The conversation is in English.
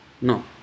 No